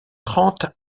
trente